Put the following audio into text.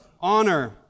honor